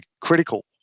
critical